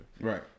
Right